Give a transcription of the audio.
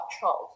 child